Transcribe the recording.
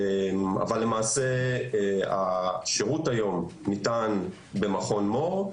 אבל השירות ניתן במכון מור.